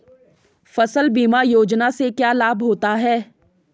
फसल बीमा योजना से क्या लाभ होता है?